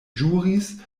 ĵuris